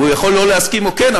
הוא יכול לא להסכים או כן,